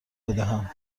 بدهم